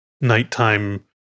nighttime